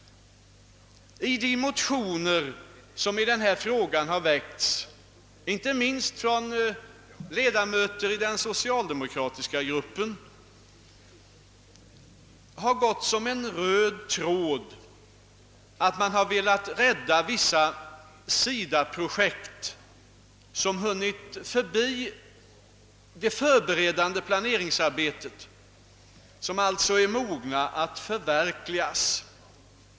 I de motioner som - har väckts i denna fråga, inte minst från ledamöter i den socialdemokratiska gruppen, har gått som en röd tråd att man har velat rädda vissa SIDA-projekt som hunnit förbi det förberedande planeringsarbetet och som alltså är mogna att förverkligas.